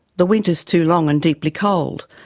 the winters too long and deeply cold,